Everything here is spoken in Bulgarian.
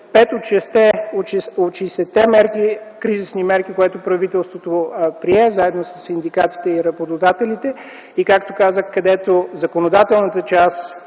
пет от 60-те кризисни мерки, които правителството прие заедно със синдикатите и работодателите, както казах, където законодателната част